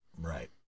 Right